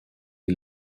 die